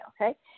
okay